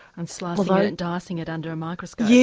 and slicing but and dicing it under a microscope. yeah